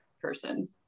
person